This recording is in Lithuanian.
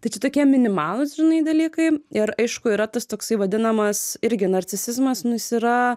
tai čia tokie minimalūs žinai dalykai ir aišku yra tas toksai vadinamas irgi narcisizmas nu jis yra